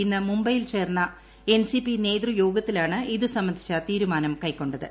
ഇന്ന് മുംബൈയിൽ ചേർന്ന എൻസിപി നേതൃയോഗത്തിലാണ് ഇത് സംബന്ധിച്ച തീരുമാനം കൈക്കൊ ത്